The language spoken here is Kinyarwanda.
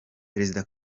perezida